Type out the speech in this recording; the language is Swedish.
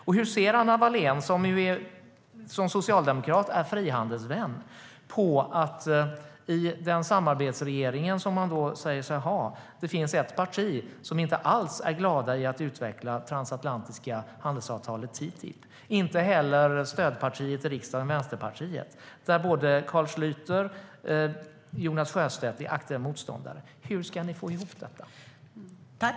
Och hur ser Anna Wallén, som i egenskap av socialdemokrat är frihandelsvän, på att det i den samarbetsregering som man säger sig ha finns ett parti som inte alls är glada för att utveckla det transatlantiska handelsavtalet TTIP? Det är inte heller stödpartiet i riksdagen, Vänsterpartiet. Både Carl Schlyter och Jonas Sjöstedt är aktiva motståndare. Hur ska ni få ihop detta?